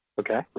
Okay